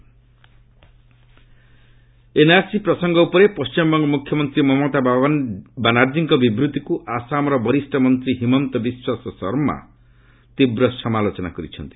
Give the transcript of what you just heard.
Assam minister NRC NRC ପ୍ରସଙ୍ଗ ଉପରେ ପଣ୍ଟିମବଙ୍ଗ ମୁଖ୍ୟମନ୍ତ୍ରୀ ମମତା ବାନାର୍ଜୀଙ୍କ ବିବୃତ୍ତିକ୍ ଆସାମର ବରିଷ୍ଣ ମନ୍ତ୍ରୀ ହିମନ୍ତ ବିଶ୍ୱାସ ଶର୍ମା ତୀବ୍ର ସମାଲୋଚନା କରିଛନ୍ତି